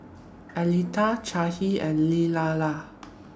Altha Chaya and Lella